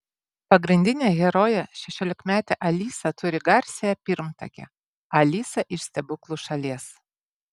pagrindinė herojė šešiolikmetė alisa turi garsiąją pirmtakę alisą iš stebuklų šalies